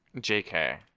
J-K